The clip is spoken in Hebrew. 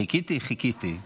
חיכיתי, חיכיתי.